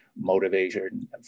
motivation